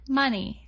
money